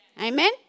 Amen